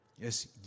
yes